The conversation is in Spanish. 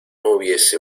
hubiese